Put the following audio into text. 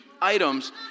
items